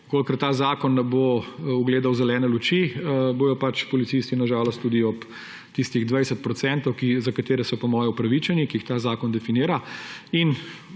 Če ta zakon ne bo ugledal zelene luči, bodo policisti na žalost tudi ob tistih 20 %, do katerih so po moje upravičeni, ki jih ta zakon definira.